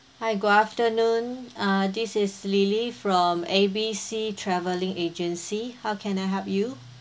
hi good afternoon uh this is lily from A B C travelling agency how can I help you